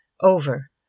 over